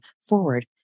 forward